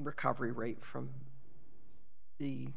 recovery rate from the